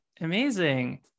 Amazing